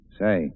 Say